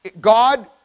God